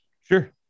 Sure